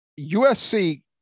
usc